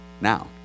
now